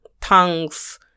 tongues